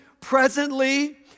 presently